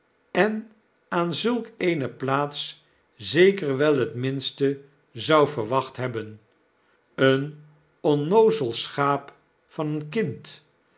en aan zulk eene plaats zeker wel het minste zou verwacht hebben een onnoozel schaap van een kind